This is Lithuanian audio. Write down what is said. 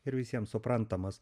ir visiem suprantamas